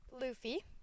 Luffy